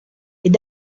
est